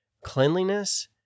cleanliness